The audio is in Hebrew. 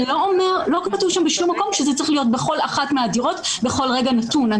לא כתוב שם בשום מקום שזה צריך להיות בכל אחת מהדירות בכל רגע נתון.